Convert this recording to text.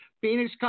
Phoenix